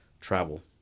travel